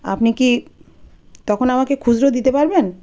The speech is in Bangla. আপনি কি তখন আমাকে খুচরো দিতে পারবেন